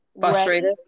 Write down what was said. frustrated